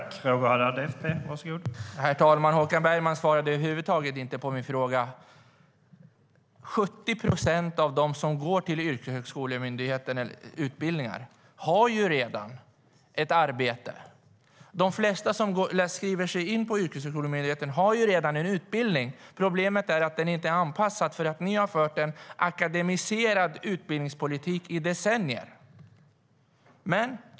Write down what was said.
Herr talman! Håkan Bergman svarade över huvud taget inte på min fråga. Av dem som går yrkeshögskoleutbildningar har 70 procent redan ett arbete. De flesta som skriver in sig hos Yrkeshögskolemyndigheten har redan en utbildning. Problemet är den inte är anpassad eftersom ni har fört en akademiserad utbildningspolitik i decennier.